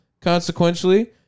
Consequently